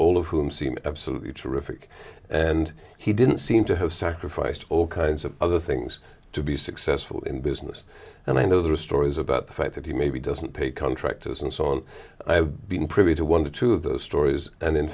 all of whom seem absolutely terrific and he didn't seem to have sacrificed all kinds of other things to be successful in business and i know there are stories about the fact that he maybe doesn't pay contractors and so on i have been privy to one or two of those stories and in